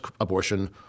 abortion